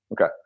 Okay